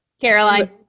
Caroline